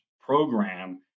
program